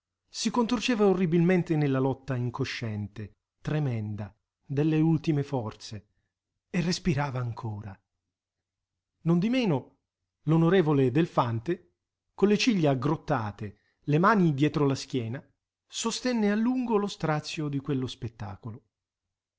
si contorceva orribilmente nella lotta incosciente tremenda delle ultime forze e respirava ancora non di meno l'onorevole delfante con le ciglia aggrottate le mani dietro la schiena sostenne a lungo lo strazio di quello spettacolo